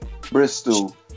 Bristol